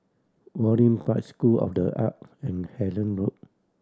Waringin Park School of The Art and Hendon Road